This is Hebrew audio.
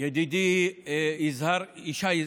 ידידי יזהר שי,